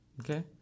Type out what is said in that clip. Okay